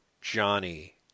Johnny